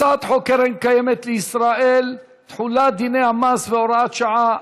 הצעת חוק קרן קיימת לישראל (תחולת דיני המס והוראת שעה),